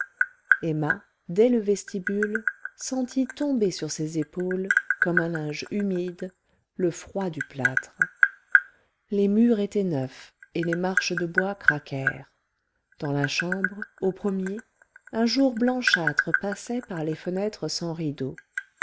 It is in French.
emma dès le vestibule sentit tomber sur ses épaules comme un linge humide le froid du plâtre les murs étaient neufs et les marches de bois craquèrent dans la chambre au premier un jour blanchâtre passait par les fenêtres sans rideaux